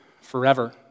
forever